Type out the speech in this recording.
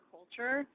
Culture